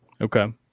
okay